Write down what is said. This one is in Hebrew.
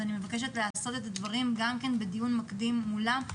אז אני מבקשת לעשות את הדברים גם בדיון מקדים מולם,